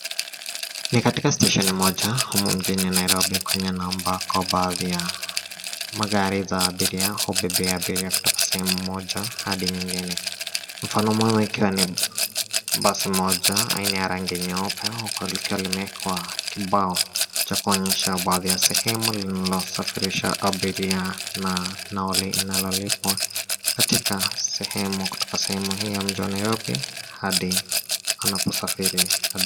Ni katika stesheni moja humu mjini Nairobi, kwenye maeneo ambapo baadhi ya magari za abiria hubebea abiria kutoka sehemu moja hadi nyingine. Mfano mwema ikiwa ni basi moja aina ya rangi nyeupe huku likiwa limeekwa kibao cha kuonyesha baadhi ya sehemu linalosafirisha abiria na nauli inayolipwa katika sehemu, kutoka sehemu hii ya mjini Nairobi hadi anaposafiri.